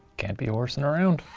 can't be horsing around.